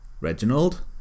Reginald